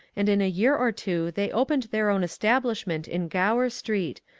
and in a year or two they opened their own establishment in grower street,